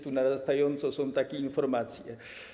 Tu narastająco są takie informacje.